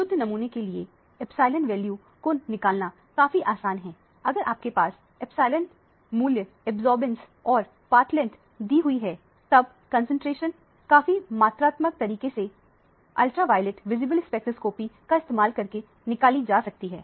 शुद्ध नमूने के लिए एप्सिलॉन मूल्य को निकालना काफी आसान है अगर आपके पास एप्सिलॉन मूल्य अब्जॉर्बेंस और पथ की लंबाई दी हुई है तब कंसंट्रेशन काफी मात्रात्मक तरीके से अल्ट्रावॉयलेट विजिबल स्पेक्ट्रोस्कोपी का इस्तेमाल करके निकाली जा सकती हैं